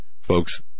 folks